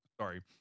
Sorry